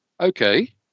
okay